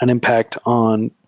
an impact on